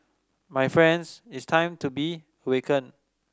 my friends it's time to be awaken